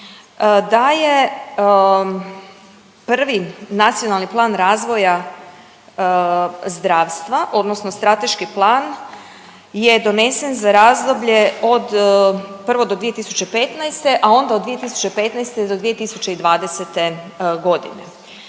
da je prvi nacionalni plan razvoja zdravstva odnosno strateški plan je donesen za razdoblje od, prvo do 2015., a onda od 2015. do 2020. godine.